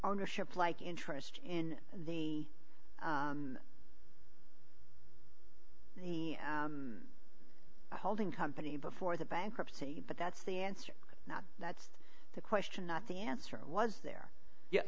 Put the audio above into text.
ownership like interest in the the holding company before the bankruptcy but that's the answer now that's the question not the answer was there ye